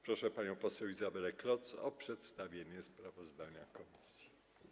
Proszę panią poseł Izabelę Kloc o przedstawienie sprawozdania komisji.